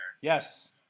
yes